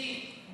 את מי?